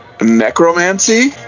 necromancy